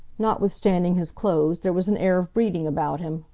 notwithstanding his clothes, there was an air of breeding about him,